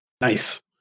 nice